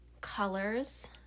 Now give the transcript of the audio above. Colors